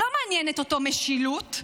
לא מעניינת אותו משילות,